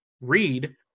read